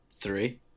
Three